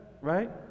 right